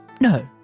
No